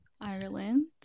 Ireland